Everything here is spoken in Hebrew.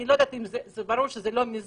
אני לא יודעת אם זה ברור שזה לא מזה,